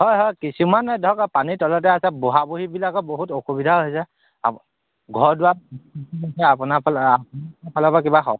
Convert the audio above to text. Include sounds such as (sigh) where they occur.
হয় হয় কিছুমান ধৰক এই পানীৰ তলতে আছে বুঢ়া বুঢ়ীবিলাকৰ বহুত অসুবিধা হৈছে আপো ঘৰ দুৱাৰ (unintelligible) আপোনাৰফালৰ (unintelligible) ফালৰপৰা কিবা সহায়